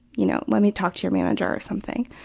you know let me talk to your manager' or something.